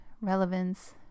relevance